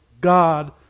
God